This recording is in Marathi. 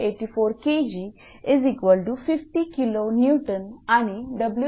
84 Kg50 kNआणिW1